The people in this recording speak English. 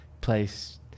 place